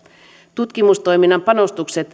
tutkimustoiminnan panostukset